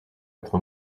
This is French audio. être